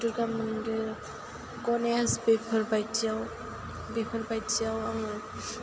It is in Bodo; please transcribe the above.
दुर्गा मन्दिर गनेस बेफोरबायदियाव बेफोरबायदियाव आङो